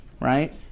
right